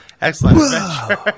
excellent